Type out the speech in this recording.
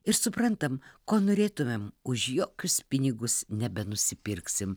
ir suprantam ko norėtumėm už jokius pinigus nebenusipirksim